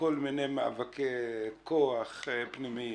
לכל מיני מאבקי כוח פנימיים.